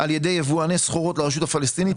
על ידי יבואני סחורות לרשות הפלסטינית.